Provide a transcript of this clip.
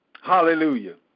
hallelujah